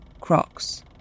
Crocs